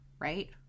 right